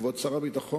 כבוד שר הביטחון,